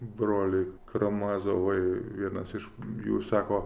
broliai karamazovai vienas iš jų sako